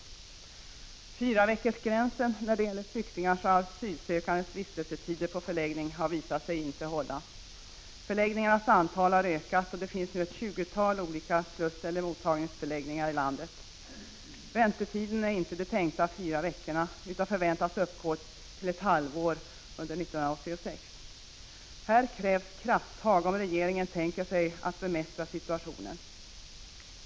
Det har visat sig att fyraveckorsgränsen för flyktingars och asylsökandes vistelsetid på förläggning inte håller. Förläggningarnas antal har ökat, och det finns nu ett tjugotal olika slusseller mottagningsförläggningar i landet. Väntetiden är inte de tänkta fyra veckorna utan beräknas uppgå till ett halvår under 1986. Här krävs krafttag om regeringen tänker sig att bemästra situationen.